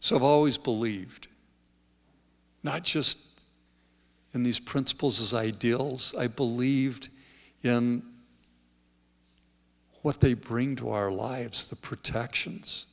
i've always believed not just in these principles as ideals i believed in what they bring to our lives the protections